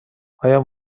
آیا